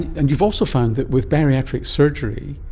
and you've also found that with bariatric surgery,